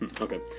okay